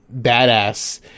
badass